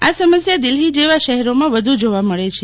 આ સમસ્યા દિલ્હી જેવા શહેરોમાં વધુ જોવા મળે છે